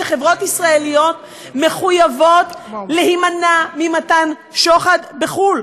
שחברות ישראליות מחויבות להימנע ממתן שוחד בחו"ל.